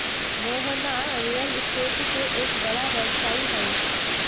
Mohana real estate के एक बड़ा व्यवसायी हई